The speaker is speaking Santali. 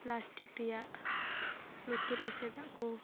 ᱯᱞᱟᱥᱴᱤᱠ ᱨᱮᱭᱟᱜ ᱞᱩᱛᱩᱨ ᱮᱥᱮᱫᱟᱜ ᱠᱚ